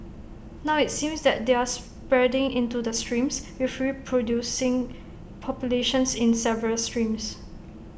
now IT seems that they're spreading into the streams with reproducing populations in several streams